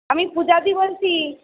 আমি পূজাদি বলছি